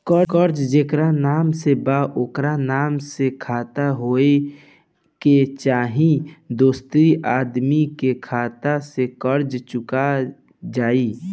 कर्जा जेकरा नाम से बा ओकरे नाम के खाता होए के चाही की दोस्रो आदमी के खाता से कर्जा चुक जाइ?